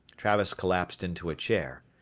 travis collapsed into a chair.